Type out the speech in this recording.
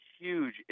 huge